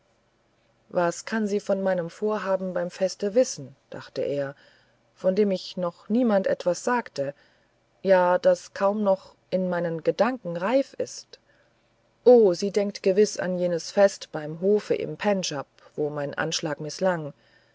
was kann sie von meinem vorhaben beim feste wissen dachte er von dem ich noch niemand etwas gesagt ja das kaum noch in meinen eigenen gedanken reif ist o sie denkt gewiß an jenes fest beim hofe im pendschab wo mein anschlag mißlang